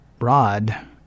Rod